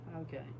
okay